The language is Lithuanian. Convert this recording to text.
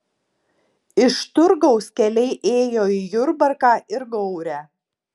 iš turgaus keliai ėjo į jurbarką ir gaurę